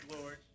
Lord